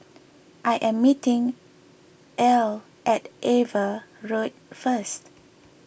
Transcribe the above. I am meeting Al at Ava Road first